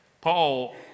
Paul